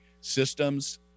systems